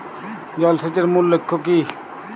জল সেচের মূল লক্ষ্য কী?